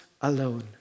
alone